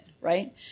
right